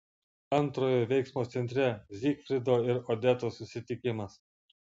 antrojo veiksmo centre zygfrido ir odetos susitikimas